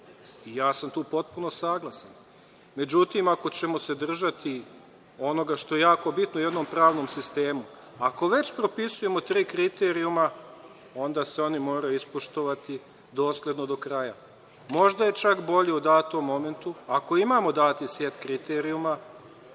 Tu sam potpuno saglasan. Međutim, ako ćemo se držati onoga što je jako bitno u jednom pravnom sistemu, ako već propisujemo tri kriterijuma, onda se oni moraju ispoštovati dosledno do kraja. Možda je čak bolje u datom momentu ako imamo dati set kriterijuma,